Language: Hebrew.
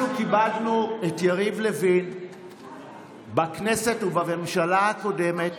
אנחנו כיבדנו את יריב לוין בכנסת ובממשלה הקודמת